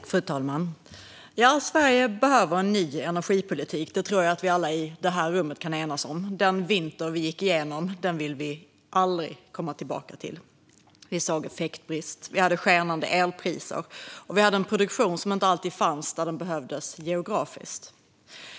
Fru talman! Sverige behöver en ny energipolitik. Det tror jag att vi alla i det här rummet kan enas om. En sådan vinter som vi gick igenom vill vi aldrig komma tillbaka till. Vi såg effektbrist, vi hade skenande elpriser och vi hade en produktion som inte alltid fanns där den behövdes geografiskt.